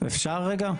שנייה.